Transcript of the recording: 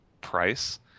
price